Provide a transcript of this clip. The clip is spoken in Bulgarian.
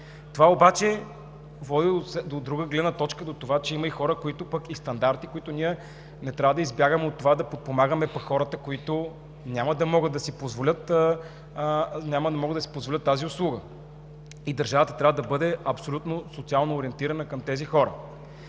Това обаче води до друга гледна точка – има хора и стандарти, които ние не трябва да избягваме, да подпомагаме пък хората, които няма да могат да си позволят тази услуга. Държавата трябва да бъде абсолютно социално ориентирана към тези хора.